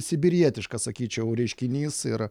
sibirietiškas sakyčiau reiškinys ir